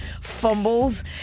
fumbles